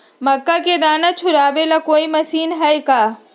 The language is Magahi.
मक्का के दाना छुराबे ला कोई मशीन हई का?